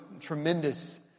tremendous